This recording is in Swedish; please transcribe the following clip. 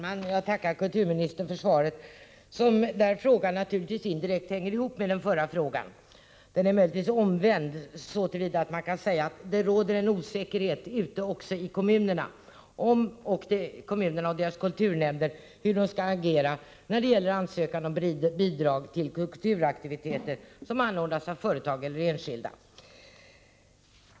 Herr talman! Jag tackar kulturministern för svaret. Frågan hänger naturligtvis indirekt ihop med den förra. Den är möjligtvis omvänd så till vida att man kan säga att det råder osäkerhet också ute i kommunerna och deras kulturnämnder om hur de skall agera när det gäller ansökan om bidrag till kulturaktiviteter som anordnas av företag eller enskilda.